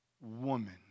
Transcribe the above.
woman